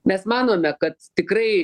mes manome kad tikrai